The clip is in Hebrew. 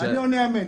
אני עונה "אמן".